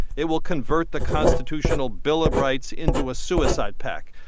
it will convert the constitutional bill of rights into a suicide pact.